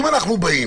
אם היינו באים